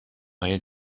های